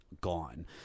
gone